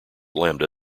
lambda